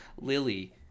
lily